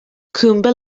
coombe